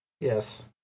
Yes